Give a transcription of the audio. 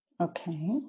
Okay